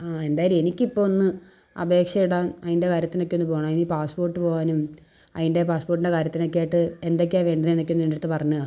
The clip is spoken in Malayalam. ആ എന്തായാലും എനിക്കിപ്പോൾ ഒന്ന് അപേക്ഷേടാൻ അതിൻ്റെ കാര്യത്തിനൊക്കെ ഒന്ന് പോകണം അതിന് പാസ്പോർട്ട് പോവാനും അതിൻ്റെ പാസ്പോർട്ട്ൻ്റെ കാര്യത്തിനൊക്കെയായിട്ട് എന്തൊക്കെയാണ് വേണ്ടതെന്നൊക്കെ ഒന്ന് എൻ്റടുത്ത് പറഞ്ഞു തരൂ